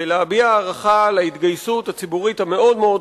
ולהביע הערכה להתגייסות הציבורית המאוד-מאוד